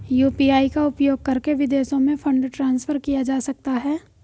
UPI का उपयोग करके विदेशों में फंड ट्रांसफर किया जा सकता है?